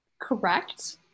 correct